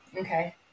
Okay